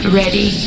ready